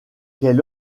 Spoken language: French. quel